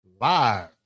live